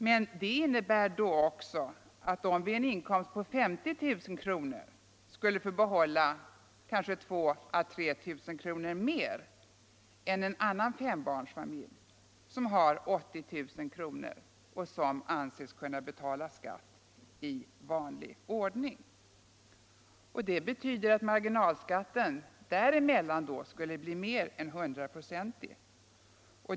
Men det innebär då också att de vid en inkomst på 50000 kr. skulle få behålla kanske 2000 å 3000 kr. mer än en annan fembarnsfamilj som har 80 000 kr. i inkomst och som anses kunna betala skatt i vanlig ordning. Det betyder att marginalskatten däremellan skulle bli mer än hundraprocentig.